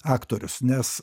aktorius nes